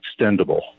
extendable